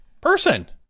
person